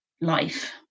life